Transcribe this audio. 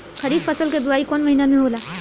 खरीफ फसल क बुवाई कौन महीना में होला?